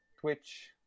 twitch